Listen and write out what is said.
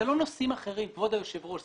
אלה לא נושאים אחרים, כבוד היושב ראש.